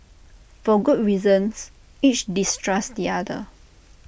for good reasons each distrusts the other